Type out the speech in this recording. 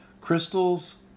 Crystals